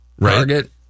Target